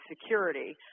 security